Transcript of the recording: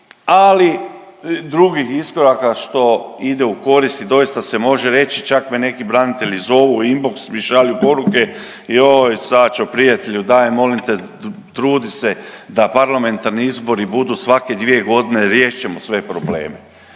ali drugih iskoraka što ide u korist. I doista se može reći čak me neki branitelji zovu u inbox mi šalju poruke joj Saćo prijatelju daj molim te trudi se da parlamentarni izbori budu svake dvije godine riješit ćemo sve probleme,